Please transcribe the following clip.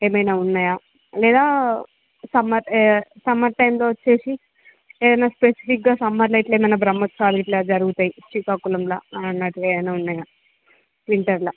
ఏమైన ఉన్నయా లేదా సమ్మర్ ఏ సమ్మర్ టైంలో వచ్చేసి ఏదైన స్పెసిఫిక్గ్గా సమ్మర్లో ఇట్లేమైన బ్రహ్మోత్సవాలు ఇట్ల జరుగుతాయి శ్రీకాకుళంలో అనన్నటివి ఏమైన ఉన్నయా వింటర్లో